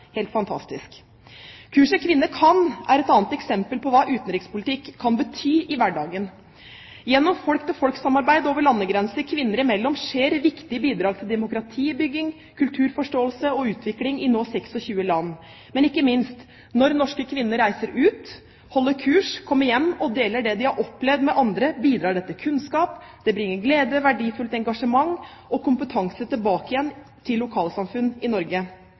Helt fantastisk! Kurset «Kvinner Kan» er et annet eksempel på hva utenrikspolitikk kan bety i hverdagen. Gjennom folk-til-folk-samarbeid over landegrenser, kvinner imellom, skjer viktige bidrag til demokratibygging, kulturforståelse og utvikling i nå 26 land. Men ikke minst: Når norske kvinner reiser ut, holder kurs, kommer hjem og deler det de har opplevd med andre, bidrar dette til kunnskap, det bringer glede, verdifullt engasjement og kompetanse tilbake igjen til lokalsamfunn i Norge.